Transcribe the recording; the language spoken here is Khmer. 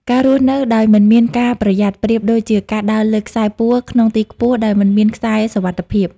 ការរស់នៅដោយមិនមានការប្រយ័ត្ន ប្រៀបដូចជាការដើរលើខ្សែពួរក្នុងទីខ្ពស់ដោយមិនមានខ្សែសុវត្ថិភាព។